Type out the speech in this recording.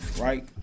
right